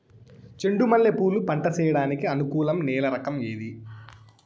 చెండు మల్లె పూలు పంట సేయడానికి అనుకూలం నేల రకం ఏది